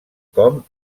com